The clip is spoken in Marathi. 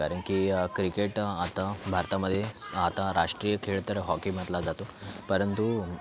कारण की क्रिकेट आता भारतामध्ये आता राष्ट्रीय खेळ तर हॉकी मानला जातो परंतु